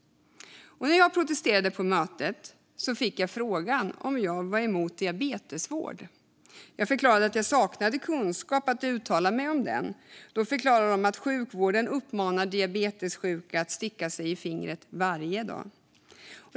När jag protesterade på mötet fick jag frågan om jag var emot diabetesvård. Jag förklarade att jag saknade kunskap att uttala mig om den. Då förklarade de att sjukvården uppmanar diabetessjuka att sticka sig i fingret varje dag.